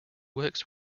works